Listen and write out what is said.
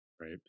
Right